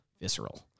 visceral